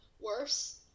worse